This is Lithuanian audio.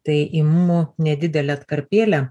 tai imu nedidelę atkarpėlę